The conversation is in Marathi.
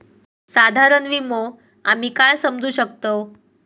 साधारण विमो आम्ही काय समजू शकतव?